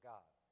God